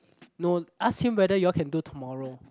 no ask him whether you all can do tomorrow